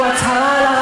הוא הצהרה על ערכים.